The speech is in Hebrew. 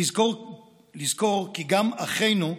לזכור כי גם אחינו,